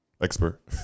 Expert